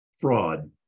fraud